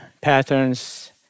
patterns